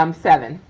um seven.